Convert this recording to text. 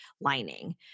lining